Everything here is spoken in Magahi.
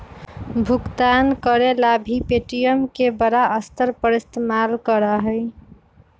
भुगतान करे ला भी पे.टी.एम के बड़ा स्तर पर इस्तेमाल करा हई